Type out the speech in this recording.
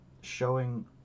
showing